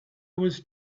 was